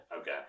Okay